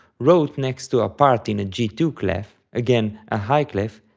wrote next to a part in a g two clef, again a high clef,